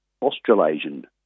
Australasian